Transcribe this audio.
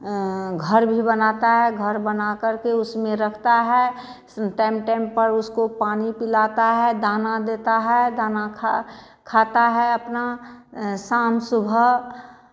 घर भी बनाता है घर बना करके उसमें रखता है सं टाइम टाइम पर उसको पानी पिलाता है दाना देता है दाना खा खाता है अपना शाम सुबह